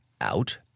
out